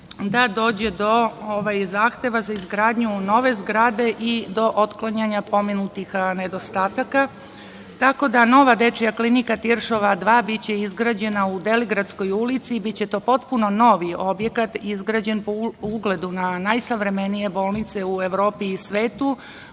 da dođe do zahteva za izgradnju nove zgrade i do otklanjanja pomenutih nedostataka. Nova dečija klinika Tiršova 2 biće izgrađena u Deligradskoj ulici. Biće to potpuno novi objekat izgrađen po ugledu na najsavremenije bolnice u Evropi i svetu.